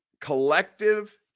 collective